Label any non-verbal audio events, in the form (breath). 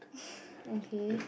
(breath) okay